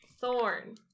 Thorn